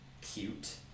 cute